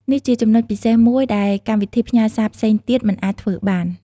នេះជាចំណុចពិសេសមួយដែលកម្មវិធីផ្ញើសារផ្សេងទៀតមិនអាចធ្វើបាន។